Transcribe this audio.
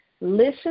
listen